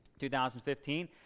2015